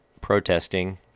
protesting